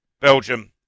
Belgium